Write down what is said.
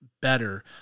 better